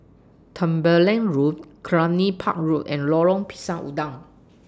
Tembeling Road Cluny Park Road and Lorong Pisang Udang